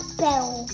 bell